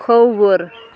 کھووُر